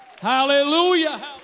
Hallelujah